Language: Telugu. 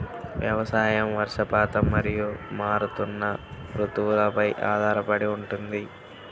వ్యవసాయం వర్షపాతం మరియు మారుతున్న రుతువులపై ఆధారపడి ఉంటుంది